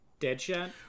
deadshot